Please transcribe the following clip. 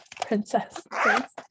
princess